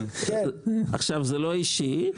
זה לא אישי,